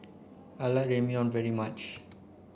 I like Ramyeon very much